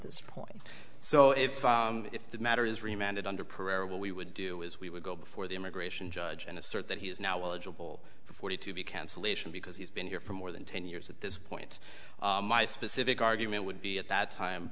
this point so if if the matter is reminded under pereira what we would do is we would go before the immigration judge and assert that he is now eligible for forty to be cancellation because he's been here for more than ten years at this point my specific argument would be at that time